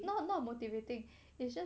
not not motivating it's just